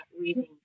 reading